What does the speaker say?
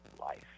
life